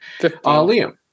Liam